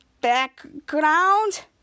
background